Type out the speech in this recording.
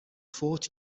فوت